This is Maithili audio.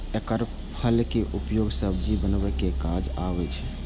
एकर फल के उपयोग सब्जी बनबै के काज आबै छै